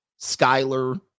Skyler